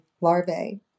larvae